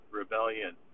rebellion